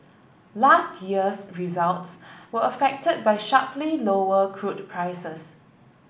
last year's results were affected by sharply lower crude prices